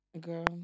Girl